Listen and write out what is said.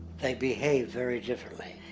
they'd behave very differently.